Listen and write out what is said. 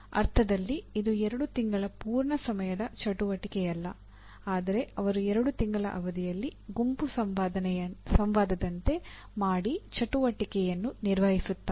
ಅರ್ಥದಲ್ಲಿ ಇದು 2 ತಿಂಗಳ ಪೂರ್ಣ ಸಮಯದ ಚಟುವಟಿಕೆಯಲ್ಲ ಆದರೆ ಅವರು 2 ತಿಂಗಳ ಅವಧಿಯಲ್ಲಿ ಗುಂಪು ಸಂವಾದದಂತೆ ಮಾಡಿ ಚಟುವಟಿಕೆಯನ್ನು ನಿರ್ವಹಿಸುತ್ತಾರೆ